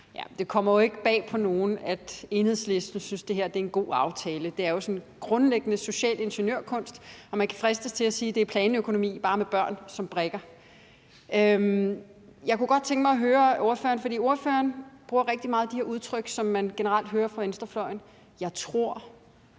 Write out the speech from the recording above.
Det kommer jo ikke bag på nogen, at Enhedslisten synes, det her er en god aftale. Det er jo sådan grundlæggende social ingeniørkunst, og man kan fristes til at sige, at det er planøkonomi, bare med børn som brikker. Jeg kunne godt tænke mig at høre ordføreren om en ting, for ordføreren bruger rigtig meget de her udtryk, som man generelt hører fra venstrefløjen: »Jeg tror